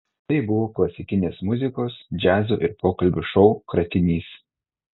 tai buvo klasikinės muzikos džiazo ir pokalbių šou kratinys